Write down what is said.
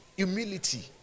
Humility